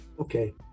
Okay